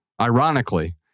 Ironically